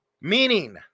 Meaning